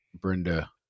Brenda